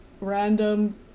random